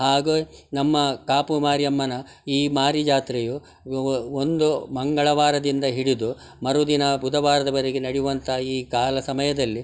ಹಾಗು ನಮ್ಮ ಕಾಪು ಮಾರಿಯಮ್ಮನ ಈ ಮಾರಿಜಾತ್ರೆಯು ಒಂದು ಮಂಗಳವಾರದಿಂದ ಹಿಡಿದು ಮರುದಿನ ಬುಧವಾರದವರೆಗೆ ನಡೆಯುವಂತ ಈ ಕಾಲ ಸಮಯದಲ್ಲಿ